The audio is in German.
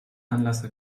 anlasser